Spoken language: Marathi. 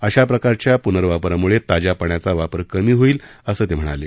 अशा प्रकारच्या प्नर्वापरामुळे ताज्या पाण्याचा वापर कमी होईल असं ते म्हणाले